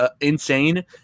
insane